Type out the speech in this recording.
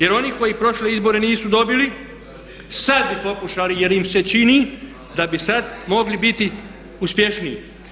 Jer oni koji prošle izbore nisu dobili sad bi pokušali jer im se čini da bi sad mogli biti uspješniji.